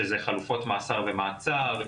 שזה חלופות מאסר ומעצר,